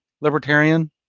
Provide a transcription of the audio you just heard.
libertarian